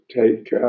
take